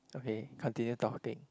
okay continue talking